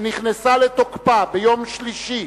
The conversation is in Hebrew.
שנכנסה לתוקפה ביום שלישי